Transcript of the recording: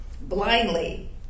Blindly